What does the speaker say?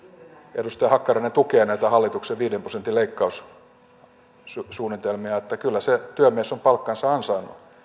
edustaja hakkarainen tukee näitä hallituksen viiden prosentin leikkaussuunnitelmia että kyllä se työmies on palkkansa ansainnut